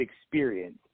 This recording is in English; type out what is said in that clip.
experience